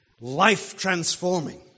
life-transforming